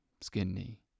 Skinny